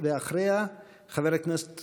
אחריה, חבר הכנסת